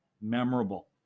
memorable